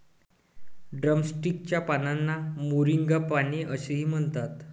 drumstick च्या पानांना moringa पाने असेही म्हणतात